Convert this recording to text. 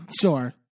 sure